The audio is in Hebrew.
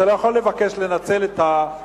אתה לא יכול לבקש לנצל את התקנון,